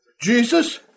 Jesus